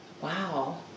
Wow